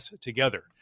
together